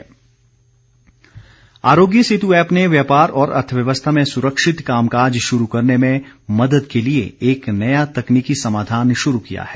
आरोग्य Setu app Aarogya Setu app ने व्यापार और अर्थव्यवस्था में सुरक्षित कामकाज शुरू करने में मदद के लिए एक नया तकनीकी समाधान शुरू किया है